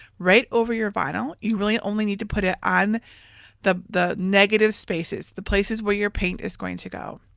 right over your vinyl. you really only need to put ah on the the negative spaces, the places where your paint is going to go.